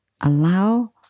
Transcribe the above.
allow